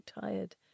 tired